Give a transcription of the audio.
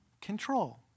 control